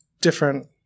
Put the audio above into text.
different